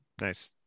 Nice